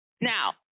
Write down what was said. Now